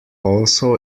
also